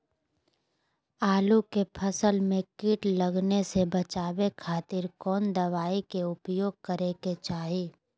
आलू के फसल में कीट लगने से बचावे खातिर कौन दवाई के उपयोग करे के चाही?